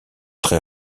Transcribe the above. très